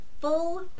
full